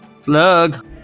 Slug